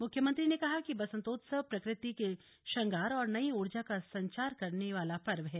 मुख्यमंत्री ने कहा कि बसन्तोत्सव प्रकृति के श्रगांर और नई ऊर्जा का संचार करने वाला पर्व है